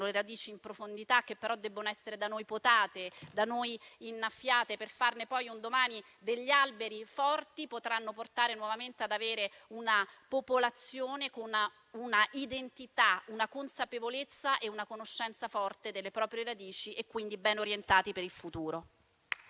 le radici in profondità, ma che devono essere da noi potate e innaffiate per farne un domani alberi forti, potrà portare nuovamente ad avere una popolazione con una identità, una consapevolezza e una conoscenza forti delle proprie radici e quindi ben orientata per il futuro.